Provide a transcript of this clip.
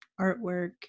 artwork